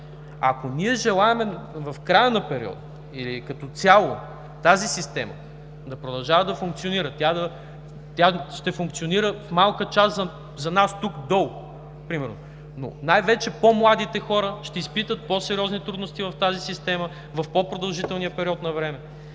Ако желаем в края на периода или като цяло тази система да продължава да функционира, тя ще функционира в малка част за нас тук, долу примерно, но най-вече по-младите хора ще изпитат по-сериозни трудности в тази система, в по-продължителния период на време.